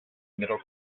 middle